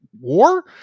war